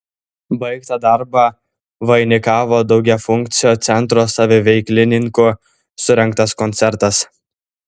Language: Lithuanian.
baigtą darbą vainikavo daugiafunkcio centro saviveiklininkų surengtas koncertas